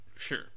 sure